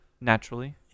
naturally